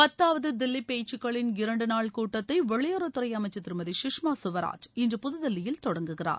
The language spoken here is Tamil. பத்தாவது தில்லி பேச்சுக்களின் இரண்டு நாள் கூட்டத்தை வெளியுறவுத்துறை அமைச்சர் திருமதி கஷ்மா ஸ்வராஜ் இன்று புதுதில்லியில் தொடங்குகிறார்